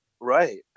Right